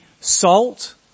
salt